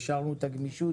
השארנו את הגמישות